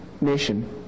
nation